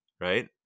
Right